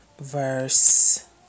verse